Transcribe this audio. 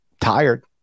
tired